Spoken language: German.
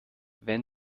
wenn